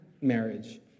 marriage